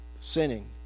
sinning